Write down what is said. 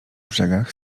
brzegach